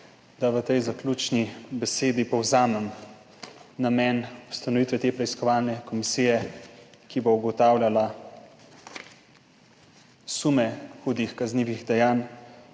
Da v tej zaključni besedi povzamem namen ustanovitve te preiskovalne komisije, ki bo ugotavljala sume hudih kaznivih dejanj